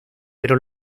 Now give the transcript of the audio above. pero